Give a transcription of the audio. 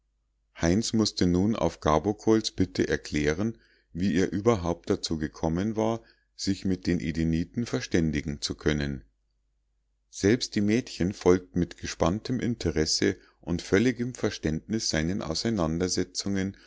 heinz mußte nun auf gabokols bitte erklären wie er überhaupt dazu gekommen war sich mit den edeniten verständigen zu können selbst die mädchen folgten mit gespanntem interesse und völligem verständnis seinen auseinandersetzungen